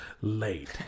late